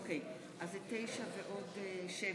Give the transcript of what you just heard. אוסאמה סעדי, בעד?